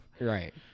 Right